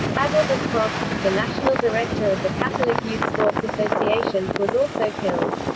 adalbert probst, the national director of the catholic youth sports association, was also killed.